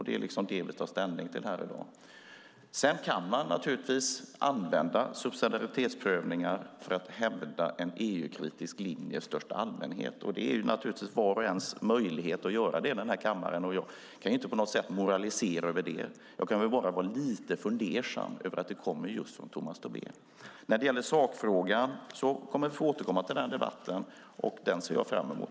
Det är det vi tar ställning till här i dag. Sedan kan man naturligtvis använda subsidiaritetsprövningar för att hävda en EU-kritisk linje i största allmänhet. Det är naturligtvis vars och ens möjlighet att göra det i den här kammaren, och jag kan inte på något sätt moralisera över det. Jag kan bara vara lite fundersam inför att det kommer just från Tomas Tobé. Debatten i sakfrågan kommer vi att få återkomma till, och den ser jag fram emot.